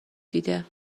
دیده